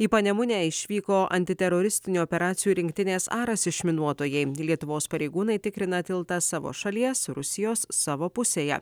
į panemunę išvyko antiteroristinių operacijų rinktinės aras išminuotojai lietuvos pareigūnai tikrina tiltą savo šalies rusijos savo pusėje